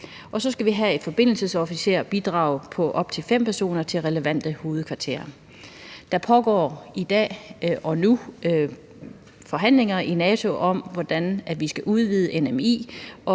Og så skal vi have et forbindelsesofficersbidrag på op til 5 personer til relevante hovedkvarterer. Der pågår i dag og nu forhandlinger i NATO om, hvordan vi skal udvide NMI,